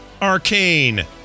Arcane